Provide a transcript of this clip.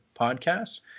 Podcast